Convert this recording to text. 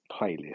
playlist